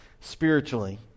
spiritually